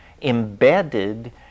embedded